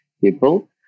people